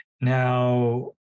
Now